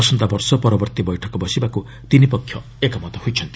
ଆସନ୍ତା ବର୍ଷ ପରବର୍ତ୍ତୀ ବୈଠକ ବସିବାକୁ ତିନି ପକ୍ଷ ଏକମତ ହୋଇଛନ୍ତି